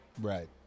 Right